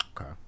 Okay